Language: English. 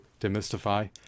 demystify